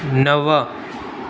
नव